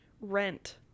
rent